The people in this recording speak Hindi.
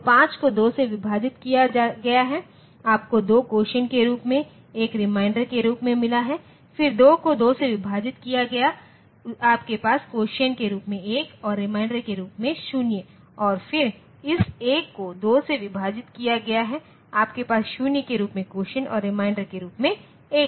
तो 5 को 2 से विभाजित किया गया है आपको 2 कोसिएंट के रूप में और 1 रिमाइंडर के रूप में मिला है फिर 2 को 2 से विभाजित किया गया आपके पास कोसिएंट के रूप में 1 और रिमाइंडर के रूप में 0 है और फिर इस 1 को 2 से विभाजित किया गया है आपके पास 0 के रूप में कोसिएंट और रिमाइंडर के रूप में 1 है